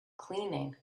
cleaning